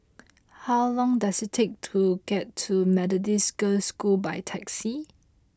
how long does it take to get to Methodist Girls' School by taxi